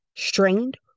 strained